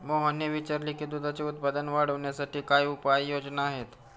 मोहनने विचारले की दुधाचे उत्पादन वाढवण्यासाठी काय उपाय योजना आहेत?